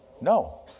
No